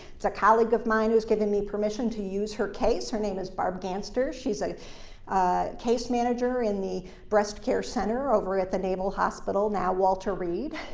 it's a colleague of mine who's given me permission to use her case. her name is barb ganster. she's a case manager in the breast care center over at the naval hospital, now walter reed.